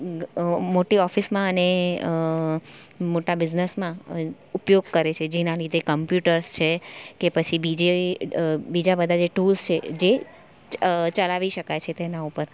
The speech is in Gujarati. મોટી ઓફિસમાં અને મોટા બિઝનેસમાં ઉપયોગ કરે છે જેના લીધે કોમ્પ્યુટર્સ છે કે પછી બીજે બીજાં બધાં ટૂલ્સ છે જે ચલાવી શકાય છે તેના ઉપર